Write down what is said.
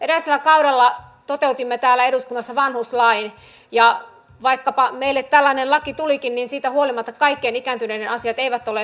edellisellä kaudella toteutimme täällä eduskunnassa vanhuslain ja vaikkapa meille tällainen laki tulikin niin siitä huolimatta kaikkien ikääntyneiden asiat eivät ole suomessa kunnossa